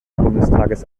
bundestages